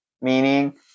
Meaning